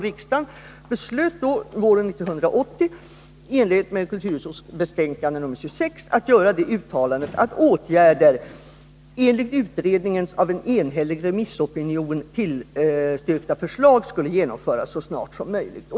Riksdagen beslutade våren 1980 att i enlighet med kulturutskottets betänkande 1979/80:26 göra det uttalandet att åtgärder enligt utredningens av en enhällig remissopinion tillstyrkta förslag så snart som möjligt borde genomföras.